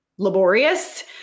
Laborious